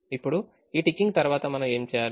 ఇప్పుడు ఈ టికింగ్ తర్వాత మనం ఏమి చేయాలి